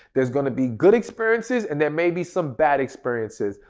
there's going to be good experiences and there may be some bad experiences,